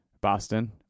Boston